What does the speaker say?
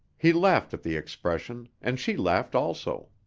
he laughed at the expression and she laughed also.